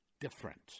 different